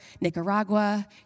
Nicaragua